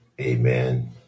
Amen